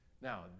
Now